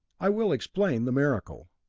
i will explain the miracle.